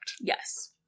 Yes